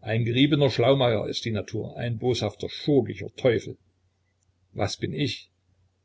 ein geriebener schlaumeier ist die natur ein boshafter schurkischer teufel was bin ich